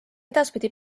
edaspidi